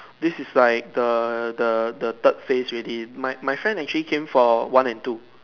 this is like the the the third phase already my my friends actually come for one and two